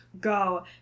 go